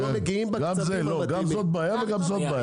גם זאת בעיה וגם זאת בעיה.